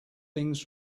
things